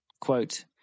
Quote